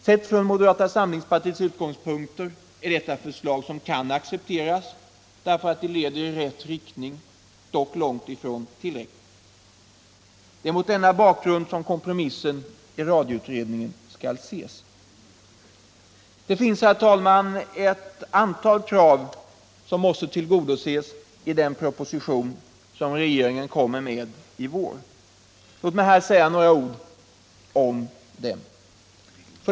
Sett från moderata samlingspartiets synpunkt är detta förslag - som kan accepteras därför att det leder i rätt riktning — dock långt ifrån tillräckligt. Det är mot denna bakgrund som kompromissen i radioutredningen skall ses. Det finns ett antal krav som måste tillgodoses i den proposition som regeringen kommer med i vår. Låt mig här säga några ord om dem.